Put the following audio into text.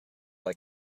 like